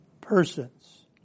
persons